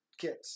kids